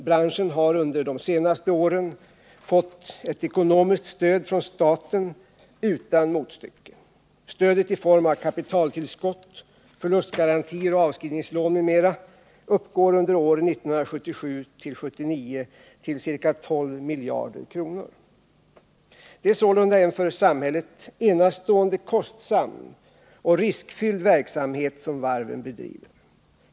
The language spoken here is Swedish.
Branschen har under de senaste åren fått ett ekonomiskt stöd från staten utan motstycke. Stödet i form av kapitaltillskott, förlustgarantier och avskrivningslån m.m. uppgår under åren 1977-1979 till ca 12 miljarder kronor. Det är sålunda en för samhället enastående kostsam och riskfylld verksamhet som varven bedriver.